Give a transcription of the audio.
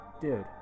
dude